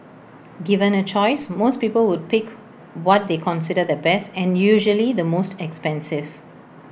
given A choice most people would pick what they consider the best and usually the most expensive